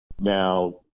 Now